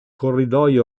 corridoi